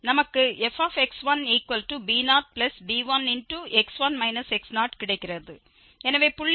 எனவே புள்ளி xx1 யில்